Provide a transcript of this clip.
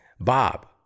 Bob